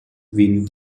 wins